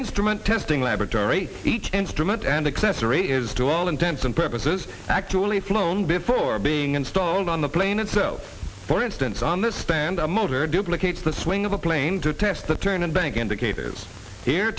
instrument testing laboratory each instrument and accessory is to all intents and purposes actually flown before being installed on the plane itself for instance on the stand a motor duplicate the swing of a plane to test the turn and bank indicators here